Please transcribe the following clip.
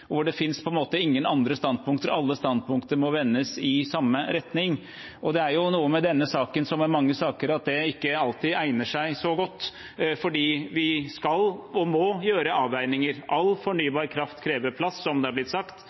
hvor det ikke finnes andre standpunkter, alle standpunkter må vendes i samme retning. Det er slik med denne saken, som med mange saker, at det ikke alltid egner seg så godt, for vi skal og må gjøre avveininger. All fornybar kraft krever plass, som det er blitt sagt